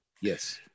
Yes